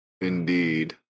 Indeed